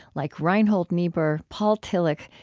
like reinhold niebuhr, paul tillich,